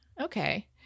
okay